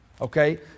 Okay